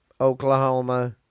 Oklahoma